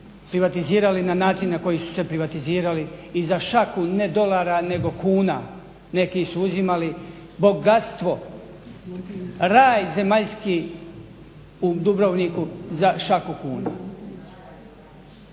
privatizirali na način na koji su se privatizirali i za šaku ne dolara nego kuna. Neki su uzimali bogatstvo, raj zemaljski u Dubrovniku za šaku kuna,